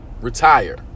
retire